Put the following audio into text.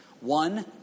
One